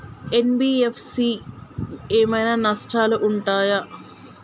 NBFC ఏమైనా నష్టాలు ఉంటయా?